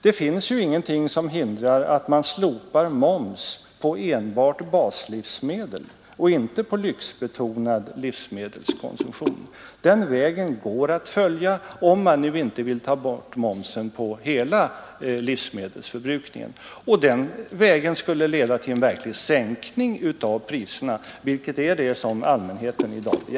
Det finns ingenting som hindrar att man slopar moms på enbart baslivsmedel och inte på lyxbetonad livsmedelskonsumtion. Den vägen går det att följa, om man nu inte vill ta bort momsen på hela livsmedelsförbrukningen, och den vägen skulle leda till en verklig sänkning av priserna, vilket är det som allmänheten i dag begär.